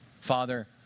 Father